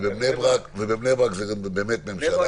ובני ברק זה באמת ממשלה